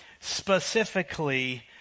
specifically